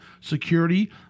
security